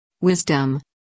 Wisdom